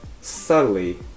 subtly